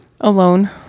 alone